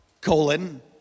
colon